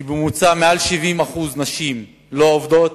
כשמעל 70% מהנשים לא עובדות,